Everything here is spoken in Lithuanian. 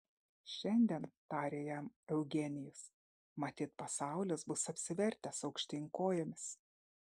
šiandien tarė jam eugenijus matyt pasaulis bus apsivertęs aukštyn kojomis